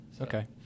okay